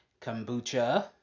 Kombucha